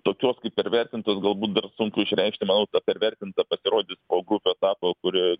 tokios pervertintos galbūt dar sunku išreikšti manau ta pervertinta pasirodys po grupių etapo kuri